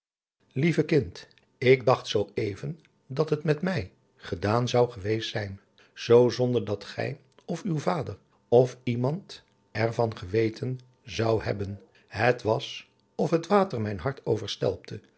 buisman lievekind ik dacht zoo even dat het met mij gedaan zou geweest zijn zoo zonder dat gij of uw vader of iemand er van geweten zou hebben het was of het water mijn hart